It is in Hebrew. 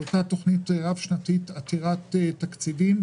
על אותה תכנית רב שנתית עתירת תקציבים